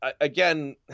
again